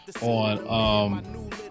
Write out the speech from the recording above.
on